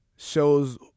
Shows